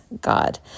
God